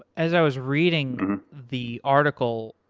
as i was reading the article,